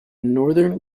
northern